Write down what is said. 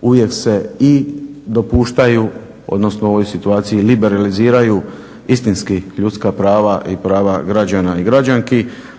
uvijek se i dopuštaju, odnosno u ovoj situaciji liberaliziraju istinski ljudska prava i prava građana i građanki.